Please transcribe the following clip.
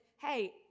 hey